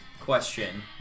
question